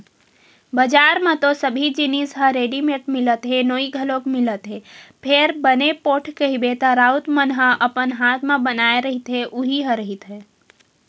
बजार म तो सबे जिनिस ह रेडिमेंट मिलत हे नोई घलोक मिलत हे फेर बने पोठ कहिबे त राउत मन ह अपन हात म बनाए रहिथे उही ह रहिथे